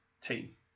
team